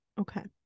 okay